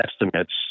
estimates